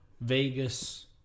Vegas